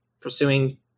pursuing